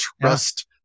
trust